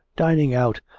dining out,